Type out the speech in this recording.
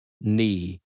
knee